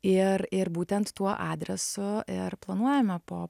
ir ir būtent tuo adresu ir planuojame po